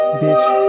bitch